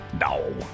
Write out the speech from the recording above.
No